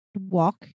walk